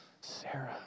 Sarah